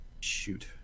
Shoot